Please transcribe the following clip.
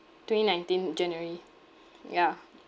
twenty nineteen january yeah